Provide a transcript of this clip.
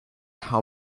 how